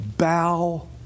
bow